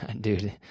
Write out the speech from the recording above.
Dude